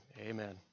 Amen